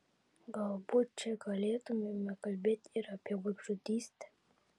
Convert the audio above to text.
galbūt čia galėtumėme kalbėti ir apie vaikžudystę